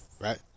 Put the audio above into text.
Right